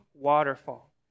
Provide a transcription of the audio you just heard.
waterfall